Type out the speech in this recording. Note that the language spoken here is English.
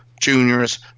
juniors